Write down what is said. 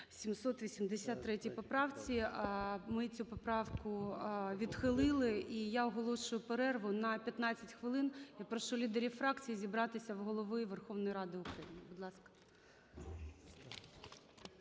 783 поправці. Ми цю поправку відхилили, і я оголошую перерву на 15 хвилин. Я прошу лідерів фракцій зібратися у Голови Верховної Ради України. Будь ласка.